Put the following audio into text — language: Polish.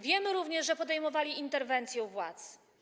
Wiemy również, że podejmowali interwencje u władz.